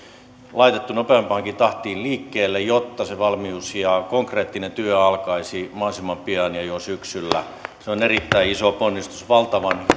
laitettu nopeampaankin tahtiin liikkeelle jotta se valmius ja konkreettinen työ alkaisi mahdollisimman pian ja jo syksyllä se on erittäin iso ponnistus valtavan